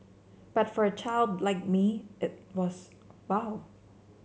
but for a child like me it was wow